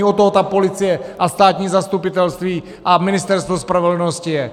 Od toho ta policie a státní zastupitelství a Ministerstvo spravedlnosti je.